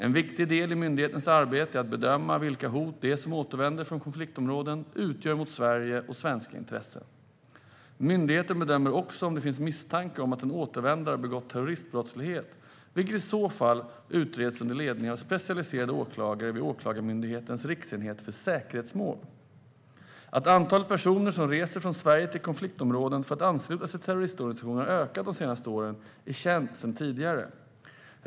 En viktig del i myndighetens arbete är att bedöma vilket hot de som återvänder från konfliktområden utgör mot Sverige och svenska intressen. Myndigheten bedömer också om det finns misstanke om att en återvändare har begått terroristbrottslighet, vilket i så fall utreds under ledning av specialiserade åklagare vid Åklagarmyndighetens riksenhet för säkerhetsmål. Att antalet personer som reser från Sverige till konfliktområden för att ansluta sig till terroristorganisationer har ökat de senaste åren är känt sedan tidigare.